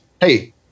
hey